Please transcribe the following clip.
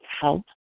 help